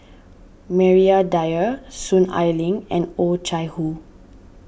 Maria Dyer Soon Ai Ling and Oh Chai Hoo